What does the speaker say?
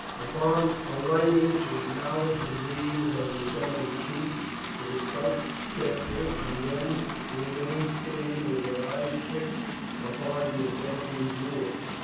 upon alighting she acknowledged the greeting of the assembled chiefs with a slight gesture, and then remained standing with her eyes fixed upon the advancing druids.